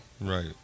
Right